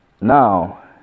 now